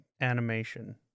animation